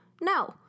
No